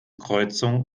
kreuzung